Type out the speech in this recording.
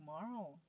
tomorrow